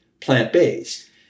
plant-based